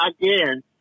Again